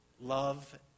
love